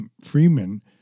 Freeman